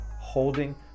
holding